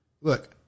look